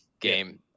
game